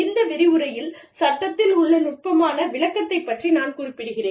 இந்த விரிவுரையில் சட்டத்தில் உள்ள நுட்பமான விளக்கத்தைப் பற்றி நான் குறிப்பிடுகிறேன்